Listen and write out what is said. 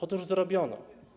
Otóż zrobiono.